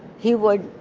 he would